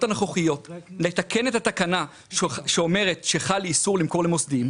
הנוכחיות לתקן את התקנה שאומרת שחל איסור למכור למוסדיים.